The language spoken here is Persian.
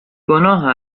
گناه